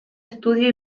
estudio